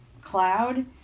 cloud